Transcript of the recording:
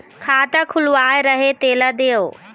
खाता खुलवाय रहे तेला देव?